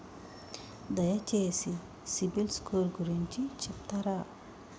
దయచేసి సిబిల్ స్కోర్ గురించి చెప్తరా?